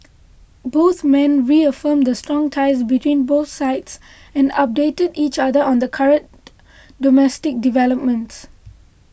both men reaffirmed the strong ties between both sides and updated each other on current domestic developments